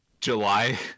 July